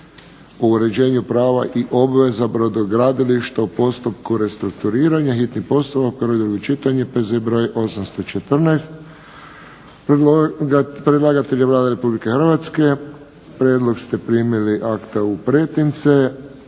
o uređenju prava i obveza brodogradilišta u postupku restrukturiranja, hitni postupak, prvo i drugo čitanje, P.Z. br. 814. Predlagatelj je Vlada Republike Hrvatske. Prijedlog ste primili akta u pretince.